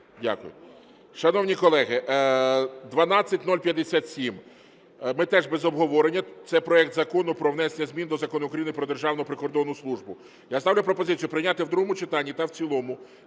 Дякую. Шановні колеги, 12057 ми теж без обговорення. Це проект Закону про внесення змін до Закону України "Про Державну прикордонну службу". Я ставлю пропозицію прийняти в другому читанні та в цілому